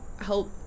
help